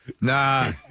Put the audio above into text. Nah